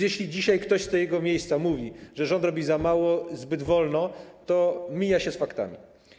Jeśli dzisiaj ktoś z tego miejsca mówi, że rząd robi za mało, zbyt wolno, to mija się z faktami.